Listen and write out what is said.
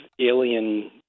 alien